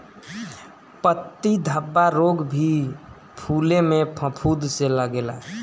पत्ती धब्बा रोग भी फुले में फफूंद से लागेला